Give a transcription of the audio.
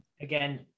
again